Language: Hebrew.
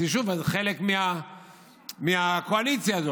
אז היא שוב חלק מהקואליציה הזו.